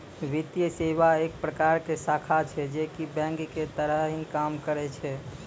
वित्तीये सेवा एक प्रकार के शाखा छै जे की बेंक के तरह ही काम करै छै